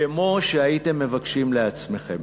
כמו שהייתם מבקשים לעצמכם.